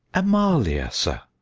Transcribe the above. amalia, sir.